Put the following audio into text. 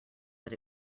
but